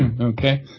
okay